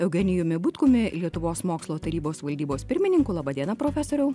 eugenijumi butkumi lietuvos mokslo tarybos valdybos pirmininku laba diena profesoriau